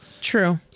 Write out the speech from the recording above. True